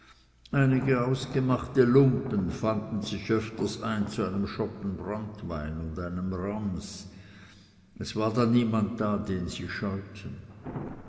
einige ausgemachte lumpen fanden sich öfters ein zu einem schoppen branntwein und einem rams es war dann niemand da den sie scheuten